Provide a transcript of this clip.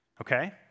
okay